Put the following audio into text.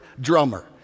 drummer